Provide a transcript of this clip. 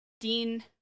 Dean